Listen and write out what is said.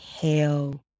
hell